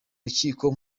rukiko